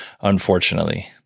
unfortunately